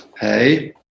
Hey